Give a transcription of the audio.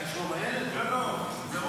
תקשורת דיגיטלית עם גופים ציבוריים (תיקון,